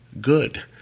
good